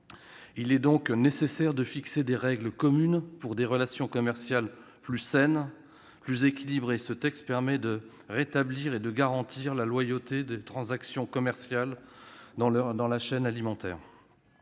Il est donc nécessaire de fixer des règles communes pour des relations commerciales plus saines, plus équilibrées. Ce texte permet de rétablir et de garantir la loyauté de transactions commerciales dans la chaîne alimentaire.